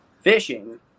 fishing